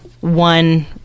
one